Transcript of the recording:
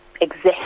exist